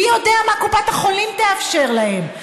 מי יודע מה קופת החולים תאפשר להם?